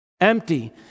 Empty